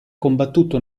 combattuto